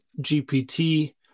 GPT